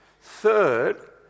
Third